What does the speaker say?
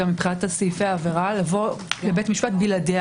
מבחינת סעיפי העבירה לבוא לבית המשפט בלעדיה